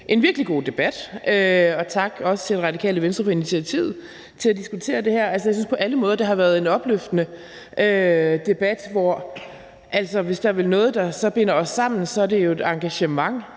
en virkelig god debat. Også tak til Radikale Venstre for at have taget initiativ til at diskutere det her. Jeg synes på alle måder, det har været en opløftende debat, og hvis der er noget, der binder os sammen, er det jo et engagement